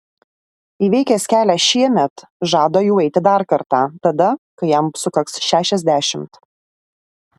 įveikęs kelią šiemet žada juo eiti dar kartą tada kai jam sukaks šešiasdešimt